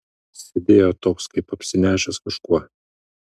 sėdėjo toks kaip apsinešęs kažkuo